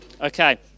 Okay